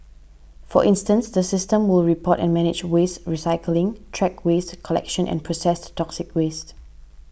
for instance the system will report and manage waste recycling track waste collection and processed toxic waste